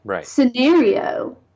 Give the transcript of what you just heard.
scenario